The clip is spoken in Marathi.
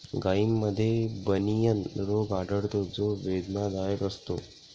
गायींमध्ये बनियन रोग आढळतो जो वेदनादायक असतो